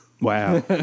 Wow